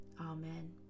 Amen